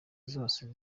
zose